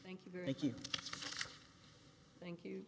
thank you very cute thank you